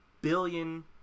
billion